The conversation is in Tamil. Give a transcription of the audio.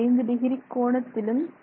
5º கோணத்திலும் இல்லை